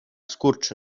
skurcz